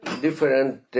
different